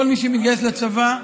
כל מי שמתגייס לצבא,